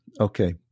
Okay